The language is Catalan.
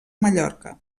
mallorca